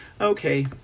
okay